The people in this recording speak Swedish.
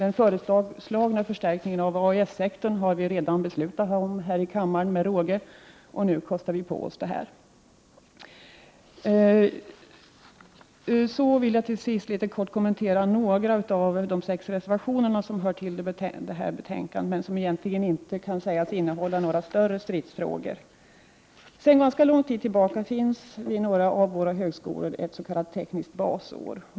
Vi har redan här i kammaren fattat beslut om att med råge förstärka AES-sektorn, och nu kostar vi också på oss detta. Jag vill till sist helt kort kommentera några av de sex reservationer som är fogade till detta betänkande men som egentligen inte kan sägas innehålla några större stridsfrågor. Sedan ganska lång tid tillbaka finns vid några av våra högskolor ett s.k. tekniskt basår.